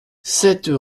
sept